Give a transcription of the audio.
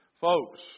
Folks